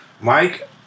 Mike